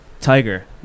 Tiger